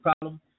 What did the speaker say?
problem